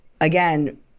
again